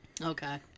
Okay